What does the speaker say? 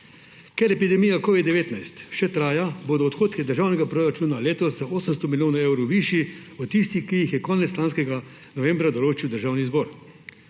Ker epidemija covida-19 še traja, bodo odhodki državnega proračuna letos za 800 milijonov evrov višji od tistih, ki jih je konec lanskega novembra določil Državni zbor.